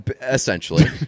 Essentially